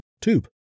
tube